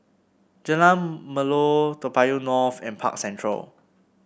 Jalan Melor Toa Payoh North and Park Central